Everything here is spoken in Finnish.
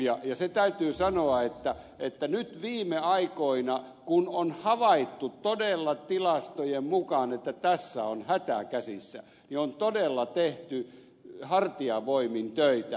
ja se täytyy sanoa että nyt viime aikoina kun on havaittu todella tilastojen mukaan että tässä on hätä käsissä on todella tehty hartiavoimin töitä